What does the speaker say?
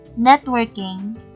networking